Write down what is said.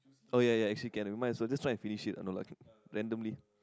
oh ya ya actually can might as well just try and finish it you know like randomly